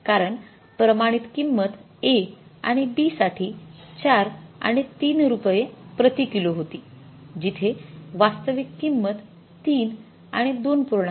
कारण प्रमाणित किंमत A आणि B साठी ४ आणि ३ रुपये प्रतिकिलो होती जिथे वास्तविक किंमत ३ आणि २